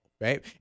right